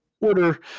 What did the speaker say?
order